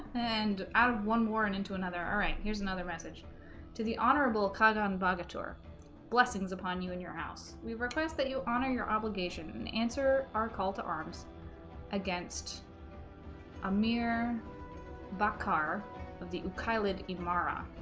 and i had one warren into another all right here's another message to the honorable cog on baguette or blessings upon you in your house we request that you honor your obligation and answer our call to arms against a mere bakar of the eyelid amara